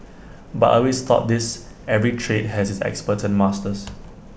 but I always thought this every trade has its experts and masters